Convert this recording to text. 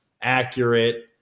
accurate